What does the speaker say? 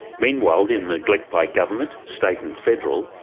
meanwhile the neglect by government, state and federal,